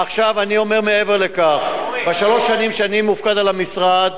מעבר לכך, בשלוש השנים שאני מופקד על המשרד,